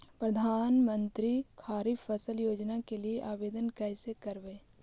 प्रधानमंत्री खारिफ फ़सल योजना के लिए आवेदन कैसे करबइ?